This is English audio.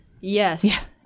Yes